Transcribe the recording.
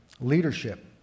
leadership